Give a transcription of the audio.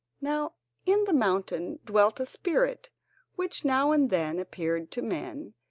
now in the mountain dwelt a spirit which now and then appeared to men,